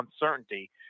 uncertainty